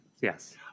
Yes